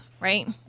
right